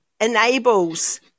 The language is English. enables